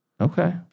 Okay